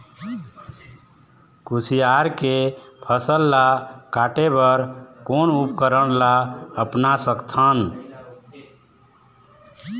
कुसियार के फसल ला काटे बर कोन उपकरण ला अपना सकथन?